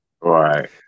right